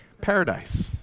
paradise